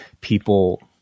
people